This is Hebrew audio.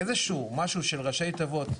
איזשהו משהו של ראשי תיבות,